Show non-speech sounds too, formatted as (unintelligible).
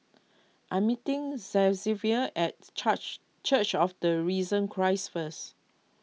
I am meeting Xzavier at (unintelligible) Church of the Risen Christ first